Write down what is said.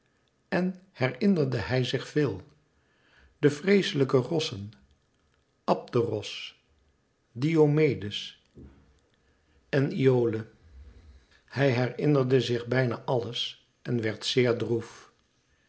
en herinnerde hij zich veel de vreeslijke rossen abderos diomedes en iole hij herinnerde zich bijna alles en werd zeer droef